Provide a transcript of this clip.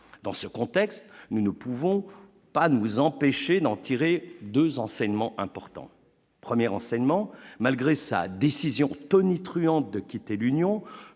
dans ce contexte, nous ne pouvons pas nous empêcher d'en tirer 2 enseignements importants 1er renseignement malgré sa décision tonitruante de quitter l'Union,